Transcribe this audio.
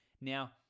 Now